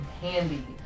handy